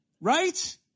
right